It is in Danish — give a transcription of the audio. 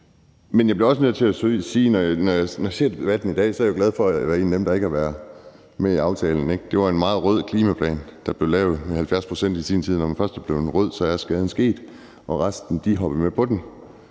Men jeg bliver også nødt til at sige, at når jeg hører debatten i dag, er jeg glad for at være en af dem, der ikke er med i aftalen. Det var en meget rød klimaplan, der blev lavet med de 70 pct. i sin tid. Når man først er blevet rød, er skaden sket, og resten hopper med på den.